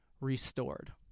restored